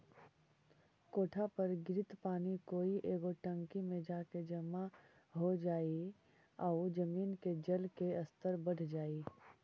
कोठा पर गिरित पानी कोई एगो टंकी में जाके जमा हो जाई आउ जमीन के जल के स्तर बढ़ जाई